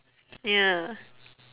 ya